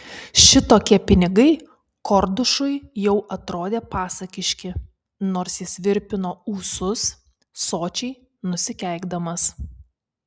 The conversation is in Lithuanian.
šitokie pinigai kordušui jau atrodė pasakiški nors jis virpino ūsus sočiai nusikeikdamas